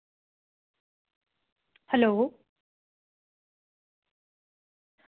hello